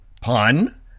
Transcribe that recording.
Pun